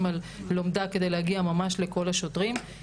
על לומדה ממש כדי להגיע לכל השוטרים.